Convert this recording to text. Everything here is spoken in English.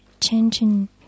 changing